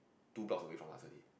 two blocks away from us only